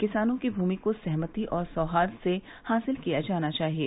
किसानों की भूमि को सहमति और सौहार्द से हासिल किया जाना चाहिये